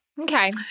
Okay